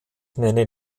nennen